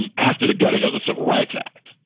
and after the gutting of the civil rights act.